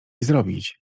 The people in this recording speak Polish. zrobić